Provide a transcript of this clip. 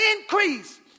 increase